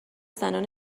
زنان